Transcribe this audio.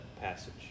passage